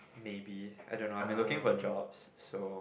maybe I don't know I been looking for jobs so